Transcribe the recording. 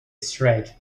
straight